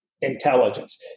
intelligence